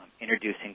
introducing